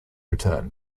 return